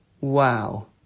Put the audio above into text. Wow